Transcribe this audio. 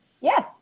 Yes